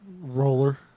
Roller